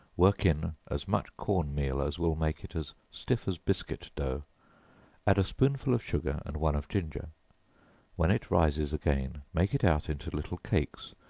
work in as much corn meal as will make it as stiff as biscuit dough add a spoonful of sugar and one of ginger when it rises again, make it out into little cakes,